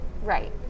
right